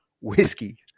whiskey